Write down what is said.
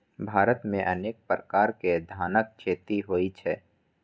भारत मे अनेक प्रकार के धानक खेती होइ छै